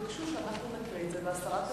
ביקשו שאנחנו נקריא את זה והשרה תשיב.